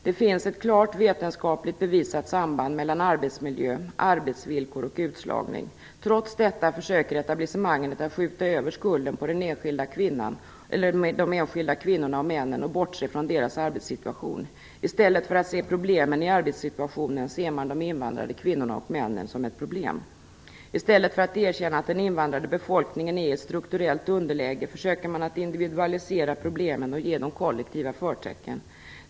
Det finns ett klart vetenskapligt bevisat samband mellan arbetsmiljö, arbetsvillkor och utslagning. Trots detta försöker etablissemanget att skjuta över skulden på de enskilda kvinnorna och männen och bortse från deras arbetssituation. I stället för att se problemen i arbetssituationen ser man de invandrade kvinnorna och männen som ett problem. I stället för att erkänna att den invandrade befolkningen är i ett strukturellt underläge försöker man att individualisera problemen och ge dem kollektiva förtecken.